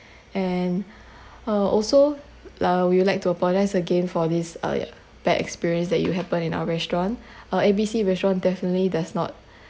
and uh also uh we will like to apologise again for this uh bad experience that you happened in our restaurant uh A B C restaurant definitely does not